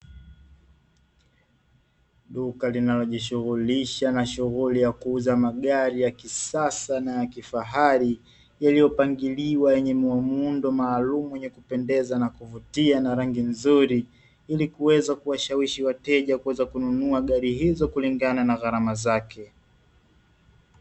Duka linalojishughulisha na shughuli ya kuuza magari ya kisasa na yakifahari, yaliyopangiliwa yenye muundo maalumu wenye kupendeza na kuvutia na rangi nzuri, ili kuweza kuwashawishi wateja kuweza kununua gari hizo kulingana na gharama zake.